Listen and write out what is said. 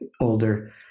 older